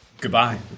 Goodbye